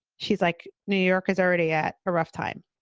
she's like, new york is already at a rough time.